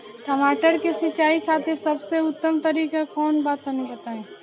टमाटर के सिंचाई खातिर सबसे उत्तम तरीका कौंन बा तनि बताई?